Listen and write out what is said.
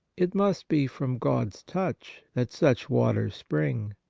it must be from god's touch that such waters spring.